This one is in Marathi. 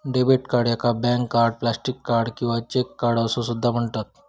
डेबिट कार्ड याका बँक कार्ड, प्लास्टिक कार्ड किंवा चेक कार्ड असो सुद्धा म्हणतत